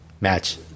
Match